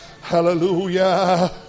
Hallelujah